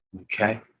okay